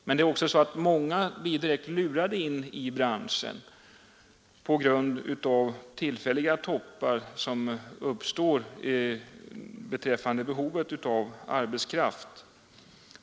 Men det är så att många blir direkt lurade in i branschen, på grund av tillfälliga toppar i behovet av arbetskraft.